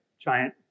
giant